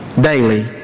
Daily